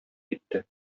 китте